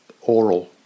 oral